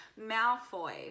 Malfoy